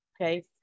Okay